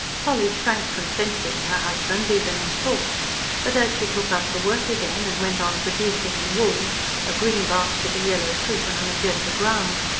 polly shrank from censuring her husband, even in thought but as she took up her work again, and went on producing in wools a green basket of yellow fruit on a magenta ground,